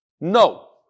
No